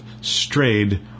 strayed